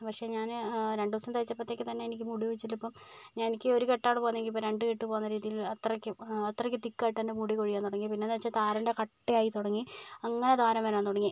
പക്ഷെ ഞാൻ രണ്ട് ദിവസം തേച്ചപ്പത്തേക്ക് തന്നെ എനിക്ക് മുടി കൊഴിച്ചിൽ ഇപ്പം എനിക്ക് ഒരു കെട്ടാണ് പോകുന്നതെങ്കല്ല് ഇപ്പോൾ രണ്ട് കെട്ട് പോകുന്ന രീതിയിൽ അത്രക്കും അത്രക്ക് തിക്കായിട്ട് എൻ്റെ മുടി കൊഴിയാൻ തുടങ്ങി പിന്നെയെന്ന് വെച്ചാൽ താരൻ്റെ കട്ടയായി തുടങ്ങി അങ്ങനെ താരൻ വരൻ തുടങ്ങി